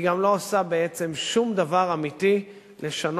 היא גם לא עושה שום דבר אמיתי לשנות